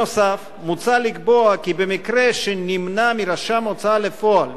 נוסף על כך מוצע לקבוע כי במקרה שנמנע מרשם הוצאה לפועל,